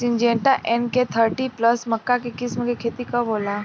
Syngenta NK thirty plus मक्का के किस्म के खेती कब होला?